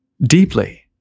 Deeply